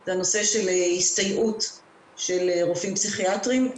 זה הנושא של הסתייעות של רופאים פסיכיאטרים.